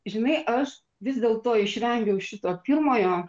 žinai aš vis dėlto išvengiau šito pirmojo